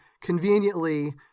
conveniently